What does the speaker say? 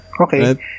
okay